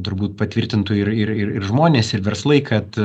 turbūt patvirtintų ir ir ir ir žmonės ir verslai kad